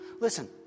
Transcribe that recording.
Listen